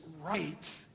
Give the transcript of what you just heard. right